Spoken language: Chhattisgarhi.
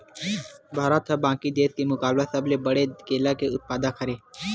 भारत हा बाकि देस के मुकाबला सबले बड़े केला के उत्पादक हरे